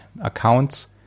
accounts